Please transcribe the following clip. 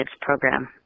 program